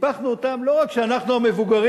טיפחנו אותם לא רק כדי שאנחנו המבוגרים,